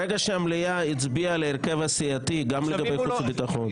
ברגע שהמליאה הצביעה על ההרכב הסיעתי גם לגבי חוץ וביטחון,